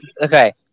Okay